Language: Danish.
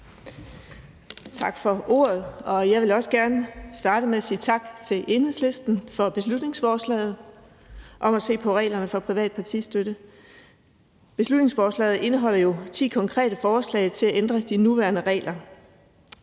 Tak for ordet. Jeg vil også gerne starte med sige tak til Enhedslisten for beslutningsforslaget om at se på reglerne for privat partistøtte. Beslutningsforslaget indeholder jo ti konkrete forslag om at ændre de nuværende regler.